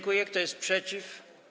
Kto jest przeciw?